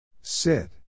Sit